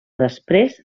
després